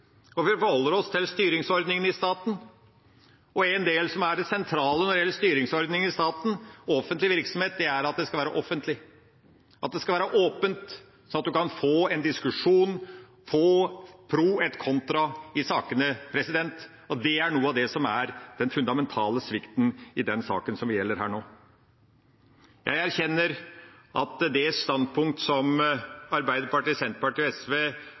Vi forholder oss til styringsordningen i staten, og noe som er sentralt når det gjelder styringsordninger i staten og i offentlig virksomhet, er at det skal være offentlig, og det skal være åpent, slik at en kan få en diskusjon pro et contra i sakene. Det er noe av det som er den fundamentale svikten i denne saken nå. Jeg erkjenner at det standpunkt som Arbeiderpartiet, Senterpartiet og SV